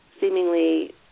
seemingly